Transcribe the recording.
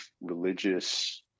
religious